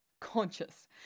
conscious